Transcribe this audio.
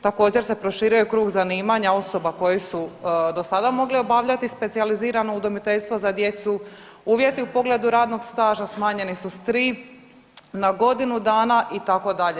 Također se proširuje i krug zanimanja osoba koje su do sada mogle obavljati specijalizirano udomiteljstvo za djecu, uvjeti u pogledu radnog staža smanjeni su s tri na godinu dana itd.